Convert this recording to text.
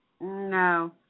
No